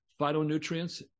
phytonutrients